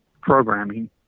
programming